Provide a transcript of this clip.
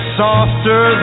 softer